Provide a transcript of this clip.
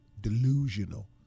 delusional